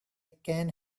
can